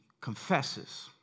confesses